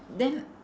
then